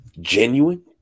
genuine